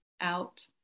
out